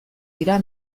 dira